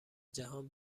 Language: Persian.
جهان